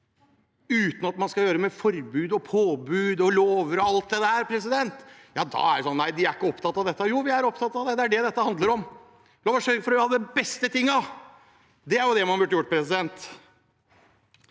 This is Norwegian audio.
uten at man skal gjøre det med forbud, påbud, lover og alt det der, sier andre at nei, de er ikke opptatt av dette. Jo, vi er opptatt av det. Det er det dette handler om. La oss sørge for å ha de beste tingene. Det er det man burde gjort. Det